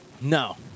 No